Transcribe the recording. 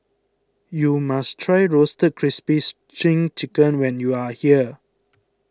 you must try Roasted Crispy Chicken when you are here